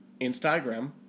Instagram